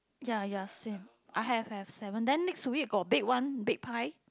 ya ya same I have have seven then next to it got big one big pie